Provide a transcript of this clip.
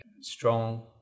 strong